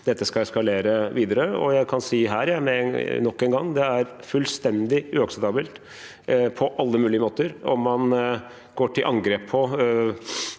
ikke skal eskalere videre. Og jeg kan si her nok en gang: Det er fullstendig uakseptabelt på alle mulige måter om man går til angrep